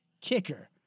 Kicker